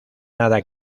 nada